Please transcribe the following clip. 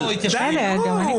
גם אני